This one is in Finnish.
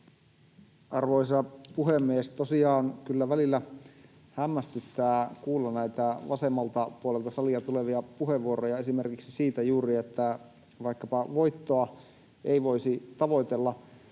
Arvoisa puhemies! Kyllä välillä hämmästyttää kuulla näitä vasemmalta puolelta salia tulevia puheenvuoroja esimerkiksi juuri siitä, että vaikkapa voittoa ei voisi tavoitella.